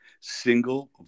single